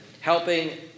helping